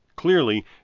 Clearly